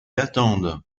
attendent